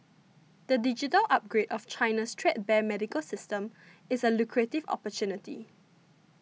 the digital upgrade of China's threadbare medical system is a lucrative opportunity